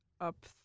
Up